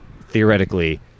theoretically